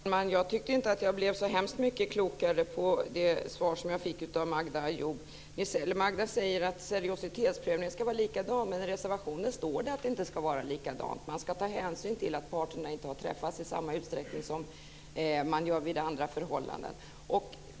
Fru talman! Jag tycker inte att jag blev så hemskt mycket klokare på det svar som jag fick av Magda Ayoub. Magda säger att seriositetsprövningen ska vara likadan, men i reservationen står det att det inte ska vara likadant. Man ska ta hänsyn till att parterna inte har träffats i samma utsträckning som parter gör i andra förhållanden.